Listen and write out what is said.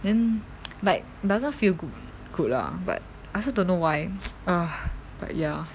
then like doesn't feel good good lah but I also don't know why ah but ya